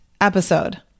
episode